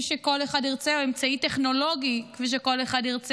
שכל אחד ירצה או אמצעי טכנולוגי כפי שכל